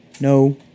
No